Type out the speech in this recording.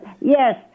Yes